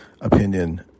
opinion